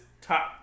top